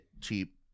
cheap